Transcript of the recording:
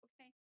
Okay